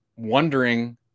Wondering